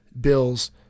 bills